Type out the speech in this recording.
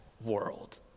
world